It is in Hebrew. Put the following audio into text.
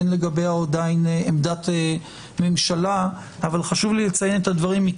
אין לגביה עדיין עמדת ממשלה אך חשוב לי לציין את הדברים כי